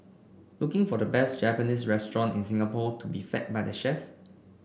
looking for the best Japanese restaurant in Singapore to be fed by the chef